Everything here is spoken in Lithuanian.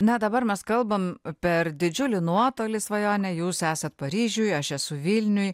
na dabar mes kalbam per didžiulį nuotolį svajone jūs esat paryžiuj aš esu vilniuj